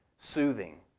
soothing